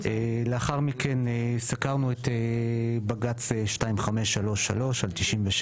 לאחר מכן סקרנו את בג"צ 2533/97,